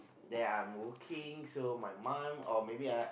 then I'm working so my mum or maybe I